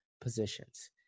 positions